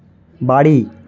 বাড়ি